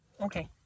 Okay